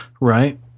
Right